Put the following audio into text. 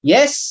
Yes